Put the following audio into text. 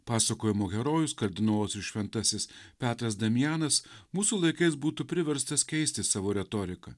pasakojimo herojus kardinolas ir šventasis petras damianas mūsų laikais būtų priverstas keisti savo retoriką